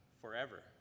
forever